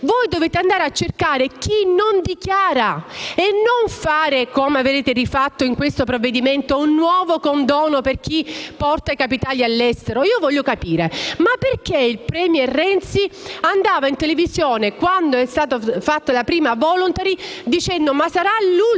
Voi dovete andare a cercare chi non dichiara e non fare, come avete fatto ancora in questo provvedimento, un nuovo condono per chi porta i capitali all'estero. Voglio capire: perché il *premier* Renzi andava in televisione, quando è stata fatta la prima *voluntary* *disclosure*, dicendo